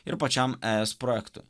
ir pačiam es projektu